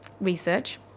research